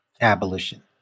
abolition